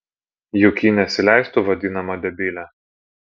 juk ji nesileistų vadinama debile